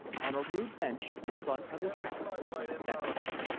on a rude bench in front of his house sat the chief.